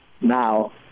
now